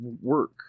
work